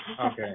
Okay